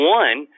one